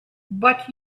but